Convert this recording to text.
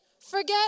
forget